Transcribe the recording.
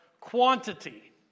quantity